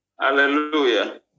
hallelujah